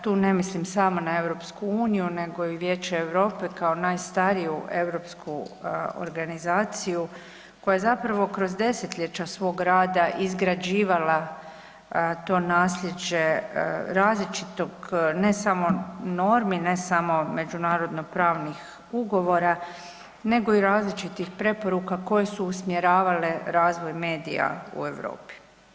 Tu ne mislim samo na EU, nego i Vijeće Europe kao najstariju europsku organizaciju koja je zapravo kroz desetljeća svog rada izgrađivala to nasljeđe različitog ne samo normi, ne samo međunarodno pravnih ugovora, nego i različitih preporuka koje su usmjeravale razvoj medija u Europi.